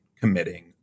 committing